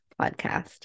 podcast